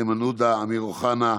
איימן עודה, אמיר אוחנה,